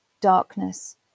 darkness